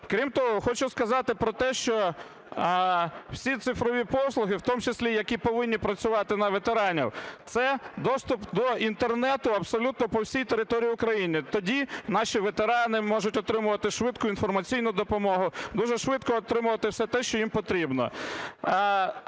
Крім того, хочу сказати про те, що всі цифрові послуги, в тому числі які повинні працювати на ветеранів, – це доступ до Інтернету абсолютно по всій території України. Тоді наші ветерани можуть отримувати швидку інформаційну допомогу, дуже швидко отримувати все те, що їм потрібно.